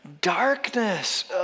darkness